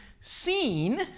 seen